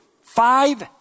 five